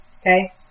okay